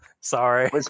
Sorry